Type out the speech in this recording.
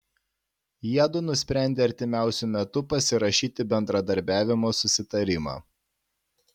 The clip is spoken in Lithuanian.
jiedu nusprendė artimiausiu metu pasirašyti bendradarbiavimo susitarimą